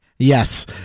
Yes